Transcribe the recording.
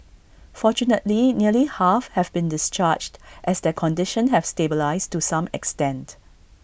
fortunately nearly half have been discharged as their condition have stabilised to some extent